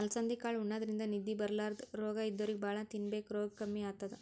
ಅಲಸಂದಿ ಕಾಳ್ ಉಣಾದ್ರಿನ್ದ ನಿದ್ದಿ ಬರ್ಲಾದ್ ರೋಗ್ ಇದ್ದೋರಿಗ್ ಭಾಳ್ ತಿನ್ಬೇಕ್ ರೋಗ್ ಕಮ್ಮಿ ಆತದ್